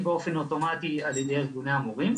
באופן אוטומטי על ידי ארגוני המורים.